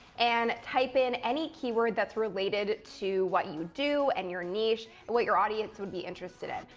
and type in any keyword that's related to what you do, and your niche, and what your audience would be interested in.